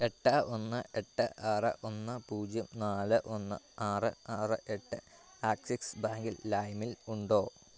എട്ട് ഒന്ന് എട്ട് ആറ് ഒന്ന് പൂജ്യം നാല് ഒന്ന് ആറ് ആറ് എട്ട് ആക്സിസ് ബാങ്കിൽ ലൈമിൽ ഉണ്ടോ